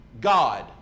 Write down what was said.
God